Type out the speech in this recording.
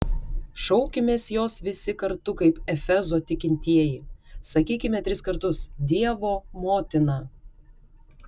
šaukimės jos visi kartu kaip efezo tikintieji sakykime tris kartus dievo motina